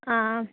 ആ ആ